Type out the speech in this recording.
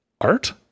art